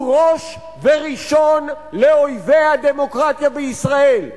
הוא ראש וראשון לאויבי הדמוקרטיה בישראל.